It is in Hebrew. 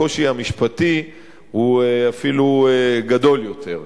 הקושי המשפטי אפילו גדול יותר.